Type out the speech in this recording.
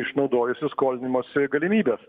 išnaudojusi skolinimosi galimybes